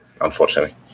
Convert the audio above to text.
unfortunately